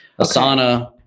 Asana